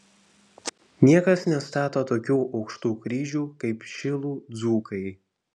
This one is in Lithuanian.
niekas nestato tokių aukštų kryžių kaip šilų dzūkai